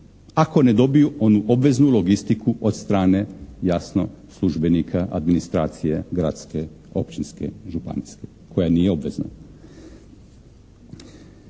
Ako ne dobiju onu obveznu logistiku od strane jasno službenika administracije gradske, općinske, županijske koja nije obvezna.